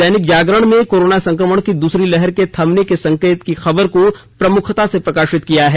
दैनिक जागरण ने कोरोना संक्रमण की दूसरी लहर के थमने के संकेत की खबर को प्रमुखता से प्रकाशित किया है